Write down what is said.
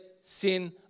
sin